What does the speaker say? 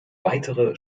weitere